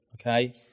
Okay